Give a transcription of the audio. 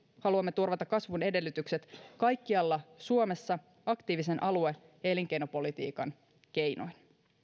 haluamme turvata kasvun edellytykset kaikkialla suomessa aktiivisen alue ja elinkeinopolitiikan keinoin